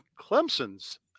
Clemson's